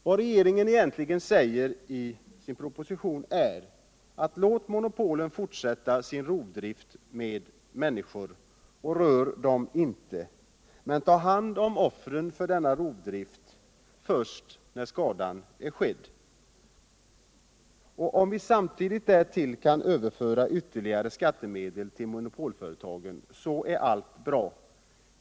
Vad regeringen egentligen säger i sin proposition är: Låt monopolen fortsätta sin rovdrift med människor och rör inte monopolen! Ta hand om offren för denna rovdrift först när skadan är skedd! Om vi samtidigt därtill kan överföra ytterligare skattemedel till monopolföretagen är allt bra.